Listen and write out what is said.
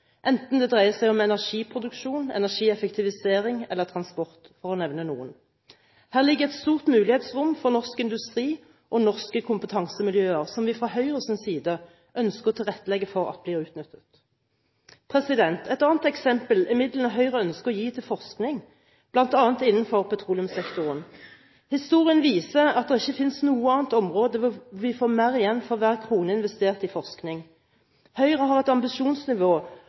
enten det dreier seg om energiproduksjon, energieffektivisering eller transport – for å nevne noen. Her ligger et stort mulighetsrom for norsk industri og norske kompetansemiljøer som vi fra Høyres side ønsker å tilrettelegge for blir utnyttet. Et annet eksempel er midlene Høyre ønsker å gi til forskning, bl.a. innenfor petroleumssektoren. Historien viser at det ikke finnes noe område hvor vi får mer igjen for hver krone investert i forskning. Høyre har et ambisjonsnivå